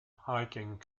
hiking